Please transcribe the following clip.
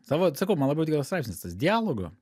tavo sakau man labai patiko straipsnis tas dialogo